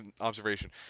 observation